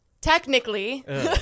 Technically